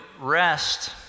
rest